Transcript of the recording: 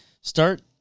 start